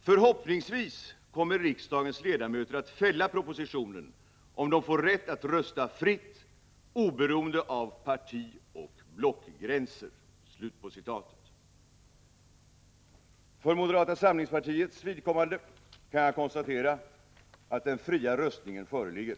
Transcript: ”Förhoppningsvis kommer riksdagens ledamöter att fälla propositionen, om de får rätt att rösta fritt, oberoende av partioch blockgränser.” För moderata samlingspartiets vidkommande kan jag konstatera att den fria röstningen föreligger.